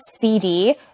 cd